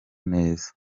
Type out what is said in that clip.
neza